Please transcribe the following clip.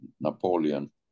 Napoleon